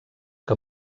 que